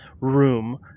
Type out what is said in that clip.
room